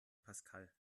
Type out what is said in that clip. pascal